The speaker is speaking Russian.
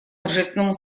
торжественному